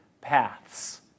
paths